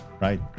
right